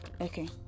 okay